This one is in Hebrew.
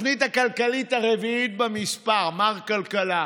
התוכנית הכלכלית הרביעית במספר, מר כלכלה.